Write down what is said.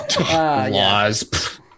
Laws